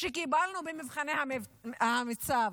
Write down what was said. שקיבלנו במבחני המיצ"ב?